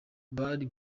bari